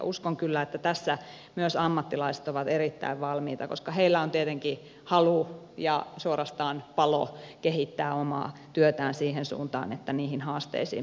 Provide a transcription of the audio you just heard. uskon kyllä että tässä myös ammattilaiset ovat erittäin valmiita koska heillä on tietenkin halu ja suorastaan palo kehittää omaa työtään siihen suuntaan että niihin haasteisiin pystytään vastaamaan